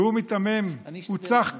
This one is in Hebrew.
והוא מיתמם, הוא צח כשלג.